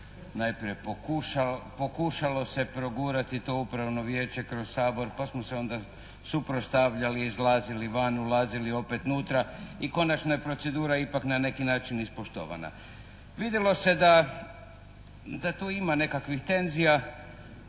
najprije pokušalo se progurati to upravno vijeće kroz Sabor pa smo se onda suprotstavljali i izlazili van, ulazili opet unutra i konačno je procedura ipak na neki način ispoštovana. Vidjelo se da tu ima nekakvih tenzija